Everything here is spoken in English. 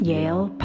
Yale